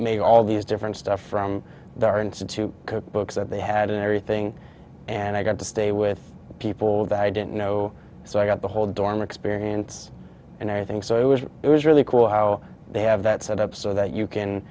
make all these different stuff from our institute cookbooks and they had everything and i got to stay with people that i didn't know so i got the whole dorm experience and everything so it was it was really cool how they have that set up so that you can